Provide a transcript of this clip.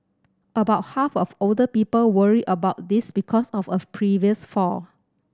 about half of older people worry about this because of a previous fall